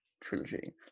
trilogy